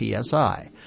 PSI